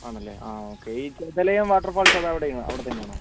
ആണല്ലേ ആ ഓക്കെ ഈ ചെതലയം വാട്ടർഫാള്സ് അത് അവിടെയാണോ അവിടെത്തന്നെ ആണോ